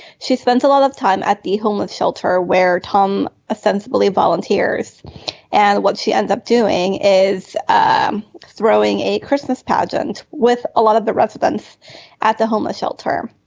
she spends a lot of time at the homeless shelter where tom ah sensibly volunteers and what she ends up doing is um throwing a christmas pageant with a lot of the residents at the homeless shelter.